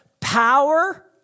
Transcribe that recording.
power